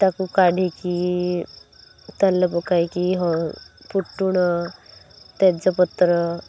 ତାକୁ କାଢ଼ିକି ତେଲ ପକାଇକି ଫୁଟଣ ତେଜପତ୍ର